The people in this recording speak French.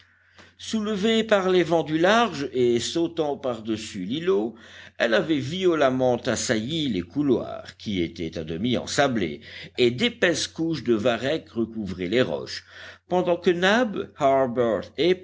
soulevée par les vents du large et sautant par-dessus l'îlot elle avait violemment assailli les couloirs qui étaient à demi ensablés et d'épaisses couches de varech recouvraient les roches pendant que nab harbert